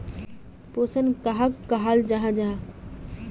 पोषण कहाक कहाल जाहा जाहा?